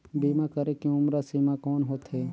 बीमा करे के उम्र सीमा कौन होथे?